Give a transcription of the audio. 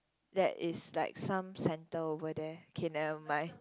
that is like some centre over there okay never mind